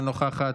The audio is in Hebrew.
אינה נוכחת,